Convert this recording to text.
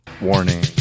Warning